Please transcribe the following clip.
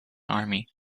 army